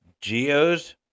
geos